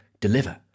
deliver